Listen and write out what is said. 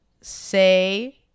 say